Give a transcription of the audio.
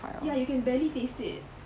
ya you can barely taste it